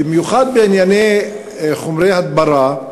במיוחד בענייני חומרי הדברה,